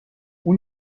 اون